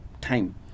time